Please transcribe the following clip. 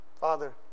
Father